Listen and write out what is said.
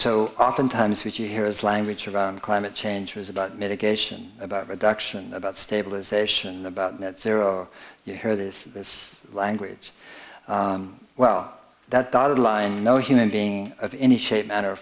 so oftentimes what you hear is language around climate change was about medication about production about stabilisation about zero you hear this this language well that dotted line no human being of any shape or